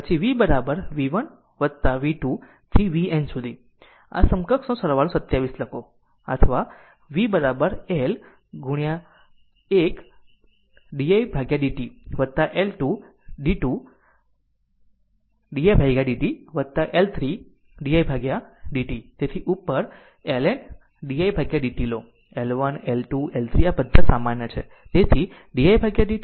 પછી v v 1 plus v 2 up to v N સુધી આ સમકક્ષનો સરવાળો 27 લખો પછી અથવા or v L 1 didt plus L 2 d 2 by didt plus L 3 didt અને તેથી ઉપર LN di dt લો L 1 L 2 L 3 બધા સામાન્ય